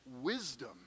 wisdom